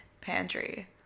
pantry